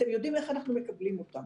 אתם יודעים איך אנחנו מקבלים אותם.